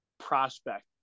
prospect